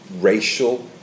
racial